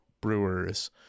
brewers